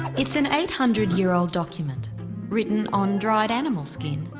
it's an eight hundred year old document written on dried animal skin.